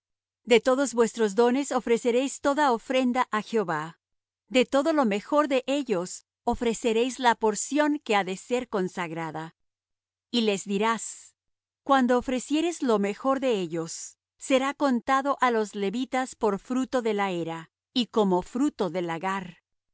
de todos vuestros dones ofreceréis toda ofrenda á jehová de todo lo mejor de ellos ofreceréis la porción que ha de ser consagrada y les dirás cuando ofreciereis lo mejor de ellos será contado á los levitas por fruto de la era y commo fruto del lagar